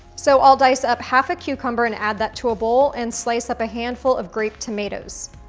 so, i'll dice up half a cucumber and add that to a bowl and slice up a handful of grape tomatoes.